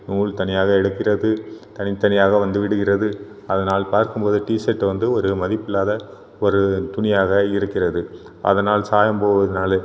நூல் தனியாக எடுக்கிறது தனி தனியாக வந்து விடுகிறது அதனால் பார்க்கும் போது டிஷர்ட் வந்து ஒரு மதிப்பில்லாத ஒரு துணியாக இருக்கிறது அதனால் சாயம் போவதுனால்